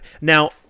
Now